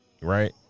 right